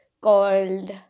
called